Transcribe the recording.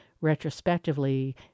retrospectively